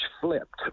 flipped